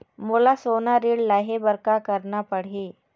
मोला सोना ऋण लहे बर का करना पड़ही?